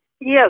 Yes